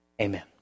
Amen